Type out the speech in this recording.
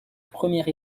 première